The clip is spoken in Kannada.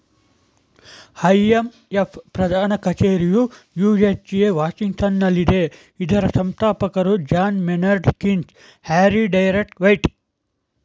ಐ.ಎಂ.ಎಫ್ ಪ್ರಧಾನ ಕಚೇರಿಯು ಯು.ಎಸ್.ಎ ವಾಷಿಂಗ್ಟನಲ್ಲಿದೆ ಇದರ ಸಂಸ್ಥಾಪಕರು John Maynard Keynes, Harry Dexter white